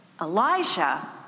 Elijah